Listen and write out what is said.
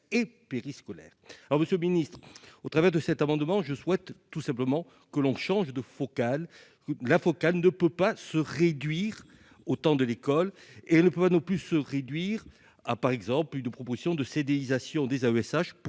et périscolaire, alors Monsieur le Ministre, au travers de cet amendement, je souhaite tout simplement que l'on change de focale, la focale ne peut pas se réduire autant de l'école et ne peut pas non plus se réduire à par exemple, une proposition de CDI Sion des AESH